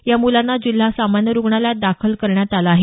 या मुलांना जिल्हा सामान्य रुग्णालयात दाखल करण्यात आलं आहे